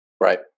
Right